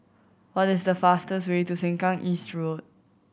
what is the fastest way to Sengkang East Road